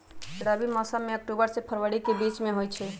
रबी मौसम अक्टूबर से फ़रवरी के बीच में होई छई